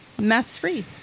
mess-free